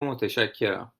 متشکرم